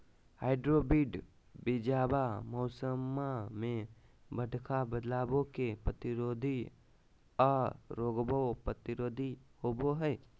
hybrid बीजावा मौसम्मा मे बडका बदलाबो के प्रतिरोधी आ रोगबो प्रतिरोधी होबो हई